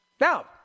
Now